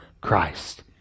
Christ